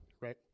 right